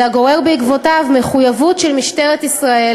אלא גורר בעקבותיו מחויבות של משטרת ישראל